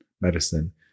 medicine